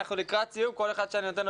אנחנו לקראת סיום וכל אחד שאני נותן לו